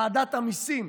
ועדת המיסים.